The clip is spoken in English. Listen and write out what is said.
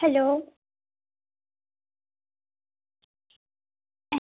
hello